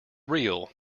real